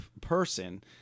person